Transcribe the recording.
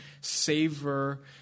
savor